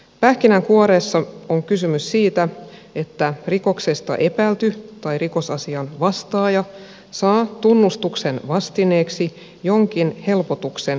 pähkinänkuoressa on kysymys siitä että rikoksesta epäilty tai rikosasian vastaaja saa tunnustuksen vastineeksi jonkin helpotuksen rikosvastuusta